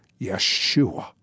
Yeshua